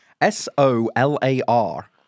S-O-L-A-R